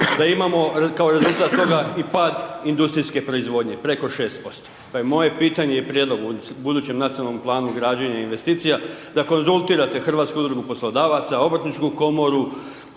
da imamo kao rezultat toga i pad industrijske proizvodnje, preko 6%. Pa je moje pitanje i prijedlog budućem nacionalnom planu građenja investicija, da konzultirate HUP, Obrtničku komoru,